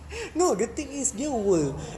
no the thing is new world